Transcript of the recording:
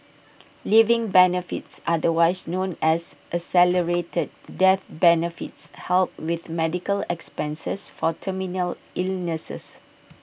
living benefits otherwise known as accelerated death benefits help with medical expenses for terminal illnesses